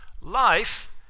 life